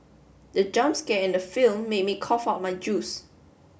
the jump scare in the film made me cough out my juice